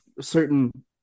certain